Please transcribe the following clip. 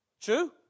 true